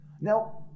now